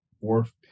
Fourth